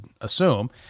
assume